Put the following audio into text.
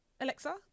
Alexa